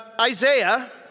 Isaiah